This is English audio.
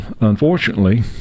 unfortunately